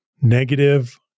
negative